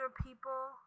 people